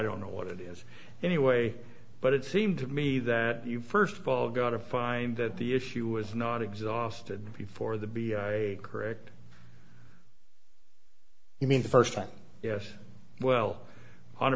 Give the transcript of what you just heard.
don't know what it is anyway but it seemed to me that you first of all got to find that the issue was not exhausted before the be correct you mean the first time yes well on